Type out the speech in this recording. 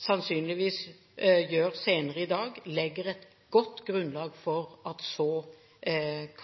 sannsynligvis gjør senere i dag, legger et godt grunnlag for at så